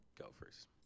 Gophers